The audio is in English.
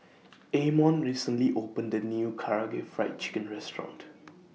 Amon recently opened A New Karaage Fried Chicken Restaurant